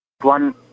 One